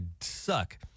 suck